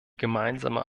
gemeinsame